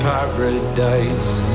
Paradise